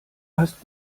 hast